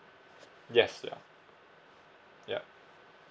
yes yup yup